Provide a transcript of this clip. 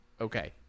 okay